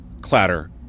clatter